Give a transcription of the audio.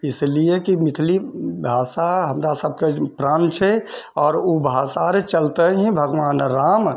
इसलिए कि मैथिली भाषा हमरा सभके प्राण छै आओर ओ भाषा रऽ चलतै ही भगवान राम